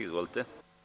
Izvolite.